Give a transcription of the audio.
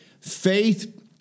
Faith